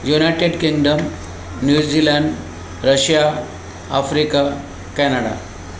United Kingdom New Zealand Russia Africa Canada